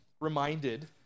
reminded